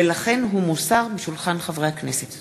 ולכן הוא מוסר משולחן חברי הכנסת.